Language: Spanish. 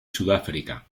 sudáfrica